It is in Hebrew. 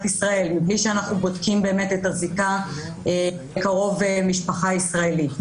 ישראל בלי שאנחנו בודקים באמת את הזיקה של קרוב משפחה ישראלי.